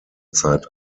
zeit